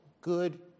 good